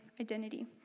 identity